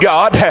God